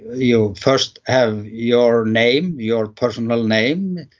you first have your name, your personal name,